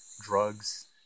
drugs